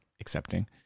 accepting